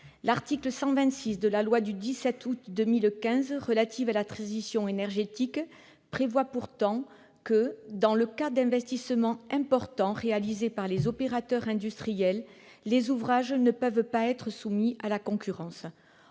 L'article 126 de la loi du 17 août 2015 relative à la transition énergétique prévoit pourtant que, dans le cas d'investissements importants réalisés par les opérateurs industriels, les ouvrages ne peuvent être soumis à la concurrence.